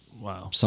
Wow